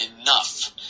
enough